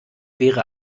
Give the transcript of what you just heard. wäre